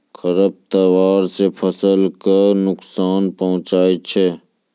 खरपतवार से फसल क नुकसान पहुँचै छै